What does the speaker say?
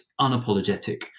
unapologetic